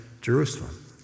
Jerusalem